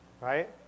Right